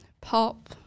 pop